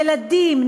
ילדים,